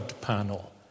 panel